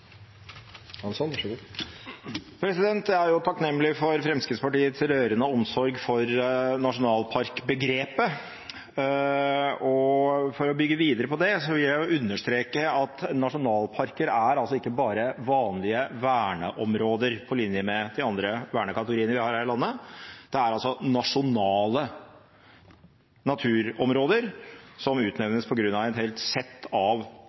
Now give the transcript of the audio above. Jeg er takknemlig for Fremskrittspartiets rørende omsorg for nasjonalparkbegrepet. For å bygge videre på det vil jeg understreke at nasjonalparker ikke bare er vanlige verneområder på linje med de andre vernekategoriene vi har her i landet. Det er nasjonale naturområder som utnevnes på grunn av et helt sett av